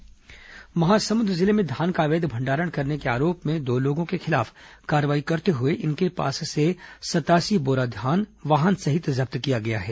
धान जब्त महासमुंद जिले में धान का अवैध भंडारण करने के आरोप में दो लोगों के खिलाफ कार्रवाई करते हुए इनके पास से सतयासी बोरा धान वाहन सहित जब्त किया गया है